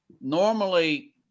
normally